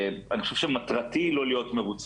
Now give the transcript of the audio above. אני חושב שמטרתי היא לא היות מרוצה.